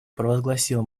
провозгласил